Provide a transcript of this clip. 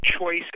choice